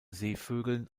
seevögeln